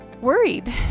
worried